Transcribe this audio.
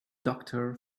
doctor